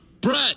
Brett